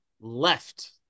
left